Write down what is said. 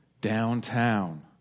downtown